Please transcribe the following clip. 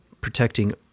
protecting